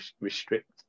restrict